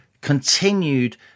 continued